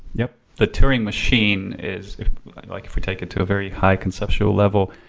yep. the touring machine is like if we take it to a very high conceptual level,